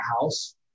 house